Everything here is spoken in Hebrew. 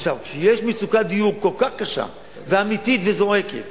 עכשיו, כשיש מצוקת דיור כל כך קשה ואמיתית וזועקת,